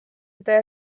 eta